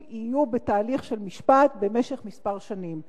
יהיו בתהליך של משפט במשך כמה שנים.